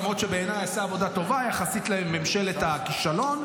למרות שבעיניי הוא עשה עבודה טובה יחסית לממשלת הכישלון,